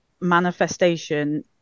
manifestation